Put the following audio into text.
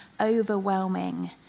overwhelming